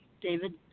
David